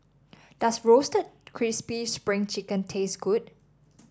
does Roasted Crispy Spring Chicken taste good